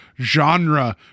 genre